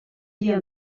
dia